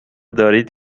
دارید